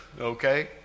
okay